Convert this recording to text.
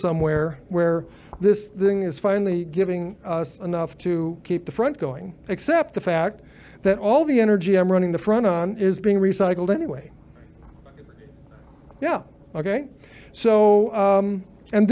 somewhere where this thing is finally giving us enough to keep the front going except the fact that all the energy i'm running the front on is being recycled anyway yeah ok so